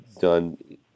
done